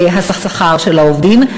השכר של העובדים.